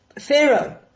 Pharaoh